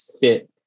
fit